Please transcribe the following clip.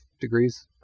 degrees